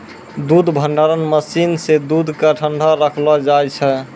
दूध भंडारण मसीन सें दूध क ठंडा रखलो जाय छै